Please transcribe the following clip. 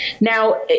Now